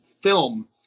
film